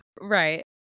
Right